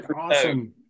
Awesome